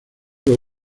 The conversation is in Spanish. los